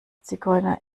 zigeuner